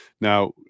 now